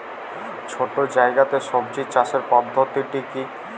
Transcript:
ছোট্ট জায়গাতে সবজি চাষের পদ্ধতিটি কী?